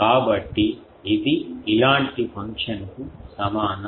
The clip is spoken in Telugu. కాబట్టి ఇది ఇలాంటి ఫంక్షన్కు సమానం